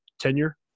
tenure